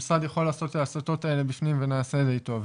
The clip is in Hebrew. המשרד יכול לעשות את ההסטות האלה בפנים ונעשה את זה איתו.